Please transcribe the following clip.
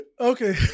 Okay